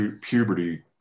puberty